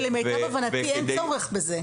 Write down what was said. למיטב הבנתי אין צורך בזה,